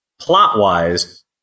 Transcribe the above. plot-wise